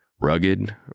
rugged